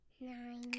nine